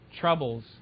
troubles